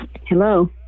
Hello